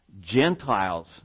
Gentiles